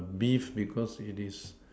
beef because it is